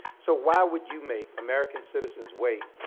so why would you make american citizens wait